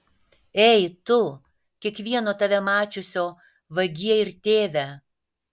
ei tu kiekvieno tave mačiusio vagie ir tėve